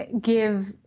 give